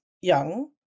young